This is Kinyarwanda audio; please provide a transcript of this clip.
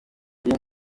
iyi